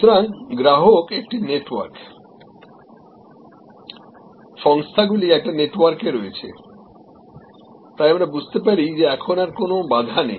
সুতরাং গ্রাহক একটি নেটওয়ার্ক এবং সংস্থাগুলি আরএকটি নেটওয়ার্কে রয়েছে তাই আমরা বুঝতে পারি যে এখন আর কোনও বাধা নেই